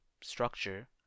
structure